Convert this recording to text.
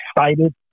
excited